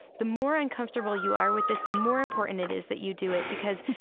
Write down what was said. the more uncomfortable you are with this, the more important it is that you do it because,